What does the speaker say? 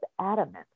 adamant